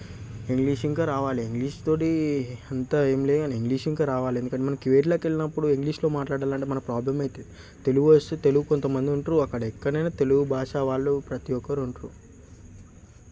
English ఇంకా రావాలి English తోటి అంత ఏం లే ఇంగ్లీష్ ఇంకా రావాలి ఎందుకంటే క్యుఆర్లోకి వెళ్ళినప్పుడు ఇంగ్లీష్లో మాట్లాడాలంటే మనకి ప్రాబ్లమ్ అయితాది ఇబ్బదవుతాది మనకి ప్రాబ్లమ్ తెలుగు వస్తే తెలుగు కొంతమంది ఉంటారు అక్కడే ఎక్కడైనా తెలుగు భాష వాళ్ళు ప్రతి ఒక్కరు ఉంటారు